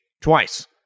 twice